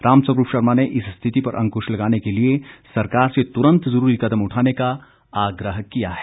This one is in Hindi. रामस्वरूप शर्मा ने इस स्थिति पर अंकुश लगाने के लिए सरकार से तुरंत जरूरी कदम उठाने का आग्रह किया है